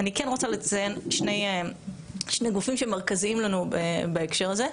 אני כן רוצה לציין גוף אחד שהוא מרכזי לנו בהקשר הזה,